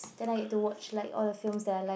then I get to watch like all the films that I like